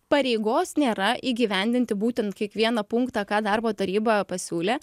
pareigos nėra įgyvendinti būtent kiekvieną punktą ką darbo taryba pasiūlė